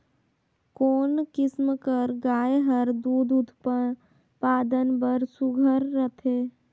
कोन किसम कर गाय हर दूध उत्पादन बर सुघ्घर रथे?